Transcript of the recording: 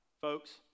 folks